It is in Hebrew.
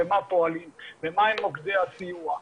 איך פועלים ומה הם מוקדי הסיוע.